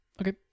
Okay